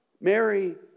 Mary